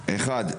ראשית,